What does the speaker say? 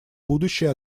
будущей